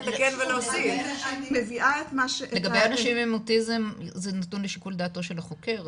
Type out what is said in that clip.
לגבי אנשים עם אוטיזם זה נתון לשיקול דעתו של החוקר,